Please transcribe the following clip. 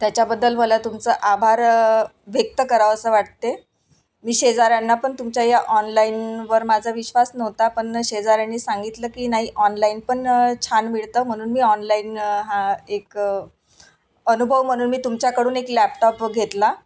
त्याच्याबद्दल मला तुमचं आभार व्यक्त करावे असं वाटते मी शेजाऱ्यांना पण तुमच्या या ऑनलाईनवर माझा विश्वास नव्हता पण शेजाऱ्यांनी सांगितलं की नाही ऑनलाईन पण छान मिळतं म्हणून मी ऑनलाईन हा एक अनुभव म्हणून मी तुमच्याकडून एक लॅपटॉप घेतला